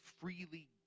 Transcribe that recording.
freely